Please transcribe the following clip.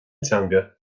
teanga